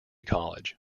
college